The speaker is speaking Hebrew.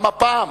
גם הפעם